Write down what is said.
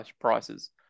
prices